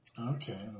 Okay